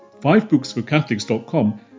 fivebooksforcatholics.com